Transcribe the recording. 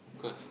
of course